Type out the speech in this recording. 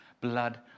blood